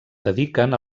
dediquen